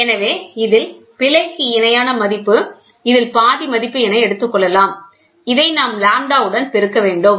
எனவே இதில் பிழைக்கு இணையான மதிப்பு இதில் பாதி மதிப்பு என எடுத்துக்கொள்ளலாம் இதை நாம் லாம்ப்டாவுடன் பெருக்க வேண்டும்